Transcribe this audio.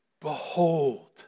Behold